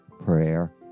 prayer